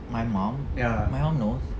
my mum my mum knows